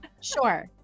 Sure